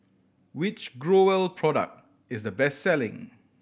which Growell product is the best selling